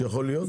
שיכול להיות?